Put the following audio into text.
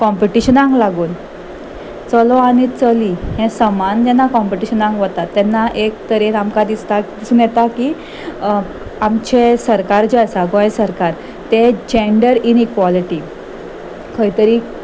कॉम्पिटिशनाक लागून चलो आनी चली हें समान जेन्ना कॉम्पिटिशनाक वता तेन्ना एक तरेन आमकां दिसता दिसून येता की आमचे सरकार जें आसा गोंय सरकार तें जेंन्डर इन इक्वॉलिटी खंय तरी